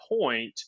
point